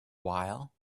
while